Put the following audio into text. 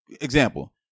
example